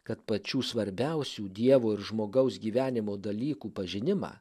kad pačių svarbiausių dievo ir žmogaus gyvenimo dalykų pažinimą